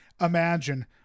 Imagine